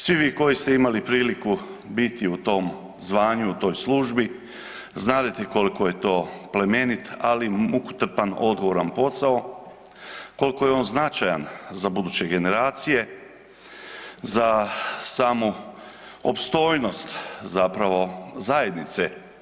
Svi vi koji ste imali priliku biti u tom zvanju u toj službi znadete koliko je to plemenit, ali mukotrpan odgovoran posao, koliko je on značajan za buduće generacije, za samu opstojnost zapravo zajednice.